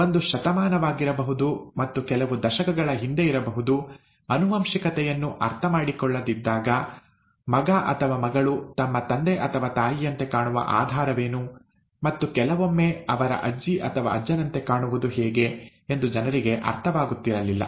ಒಂದು ಶತಮಾನವಾಗಿರಬಹುದು ಮತ್ತು ಕೆಲವು ದಶಕಗಳ ಹಿಂದೆಯಿರಬಹುದು ಆನುವಂಶಿಕತೆಯನ್ನು ಅರ್ಥಮಾಡಿಕೊಳ್ಳದಿದ್ದಾಗ ಮಗ ಅಥವಾ ಮಗಳು ತಮ್ಮ ತಂದೆ ಅಥವಾ ತಾಯಿಯಂತೆ ಕಾಣುವ ಆಧಾರವೇನು ಮತ್ತು ಕೆಲವೊಮ್ಮೆ ಅವರ ಅಜ್ಜಿ ಅಥವಾ ಅಜ್ಜನಂತೆ ಕಾಣುವುದು ಹೇಗೆ ಎಂದು ಜನರಿಗೆ ಅರ್ಥವಾಗುತ್ತಿರಲಿಲ್ಲ